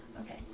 Okay